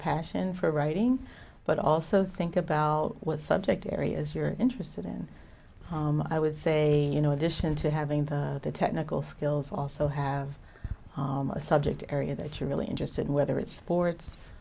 passion for writing but also think about what subject areas you're interested in i would say you know addition to having the technical skills also have a subject area that you're really interested in whether it's sports